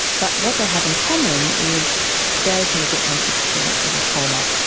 but what they have in common is very significant experiences of trauma.